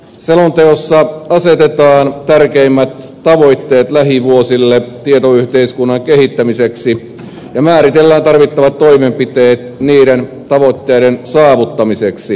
selonteossa asetetaan tärkeimmät tavoitteet lähivuosille tietoyhteiskunnan kehittämiseksi ja määritellään tarvittavat toimenpiteet niiden tavoitteiden saavuttamiseksi